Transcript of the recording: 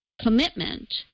commitment